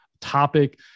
topic